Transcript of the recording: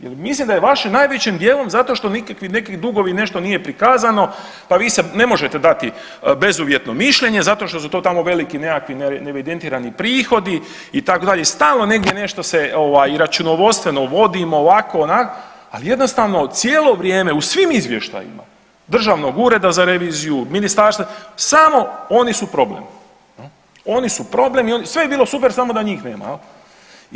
Jel mislim da je vaše najvećim dijelom zato što nekakvi, neki dugovi, nešto nije prikazano pa vi sad ne možete dati bezuvjetno mišljenje zato što su to tamo veliki nekakvi neevidentirani prihodi itd., i stalo negdje nešto se ovaj i računovodstveno vodimo ovako onako, a jednostavno cijelo vrijeme u svim izvještajima Državnog ureda za reviziju, ministarstva samo oni su problem, oni su problem i oni, sve bi bilo super samo da njih nema jel.